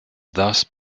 thus